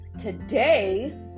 today